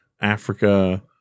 Africa